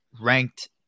ranked